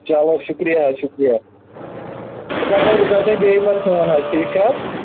چلو شُکرِیا شُکرِیا بہٕ کرٕ تۄہہِ بہٕ کرٕ تۄہہِ بیٚیہِ حظ فون حظ ٹھیٖک چھا حظ